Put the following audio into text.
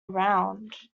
around